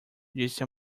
disse